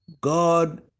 god